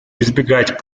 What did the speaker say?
избегать